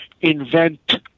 invent